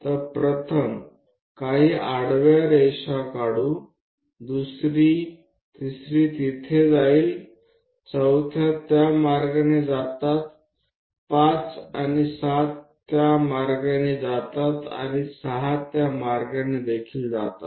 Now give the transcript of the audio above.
तरकाही आडव्या रेषा काढू प्रथम दुसरी तिसरी तिथे जाईल चौथ्या त्या मार्गाने जातात 5 आणि 7 त्या मार्गाने जातात आणि 6 त्या मार्गाने देखील जातात